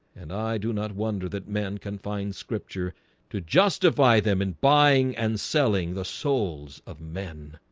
and i do not wonder that men can find scripture to justify them in buying and selling the souls of men